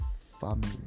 family